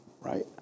right